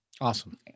Awesome